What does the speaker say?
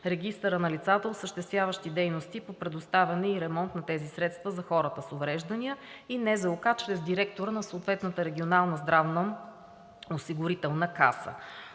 регистъра на лицата, осъществяващи дейности по предоставяне и ремонт на тези средства за хората с увреждания и Националната здравноосигурителна каса чрез директора на съответната регионална здравноосигурителна каса.